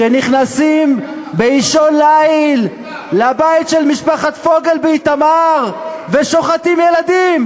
שנכנסים באישון ליל לבית של משפחת פוגל באיתמר ושוחטים ילדים,